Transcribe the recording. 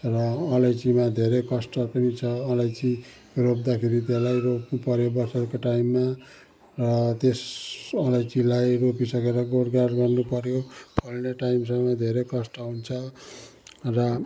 र अलैँचीमा धेरै कष्ट पनि छ अलैँची रोप्दाखेरि त्यसलाई रोप्नु पऱ्यो वर्षाको टाइममा र त्यस अलैँचीलाई रोपिसकेर गोडगाड गर्नु पऱ्यो फल्ने टाइमसम्म धेरै कष्ट हुन्छ र